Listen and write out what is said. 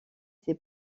ses